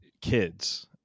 kids